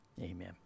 amen